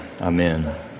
Amen